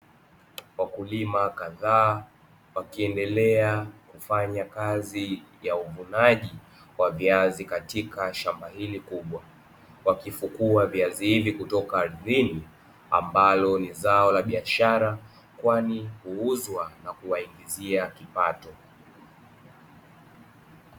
Wakulima kadhaa wakiendelea kufanya kazi ya uvunaji wa viazi katika shamba hili kubwa, wakifukua viazi hivi kutoka ardhini ambalo ni zao la biashara kwa huuzwa na kuwaingizia kipato.